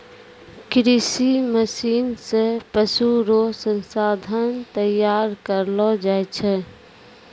कृषि मशीन से पशु रो संसाधन तैयार करलो जाय छै